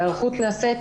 ההיערכות נעשית,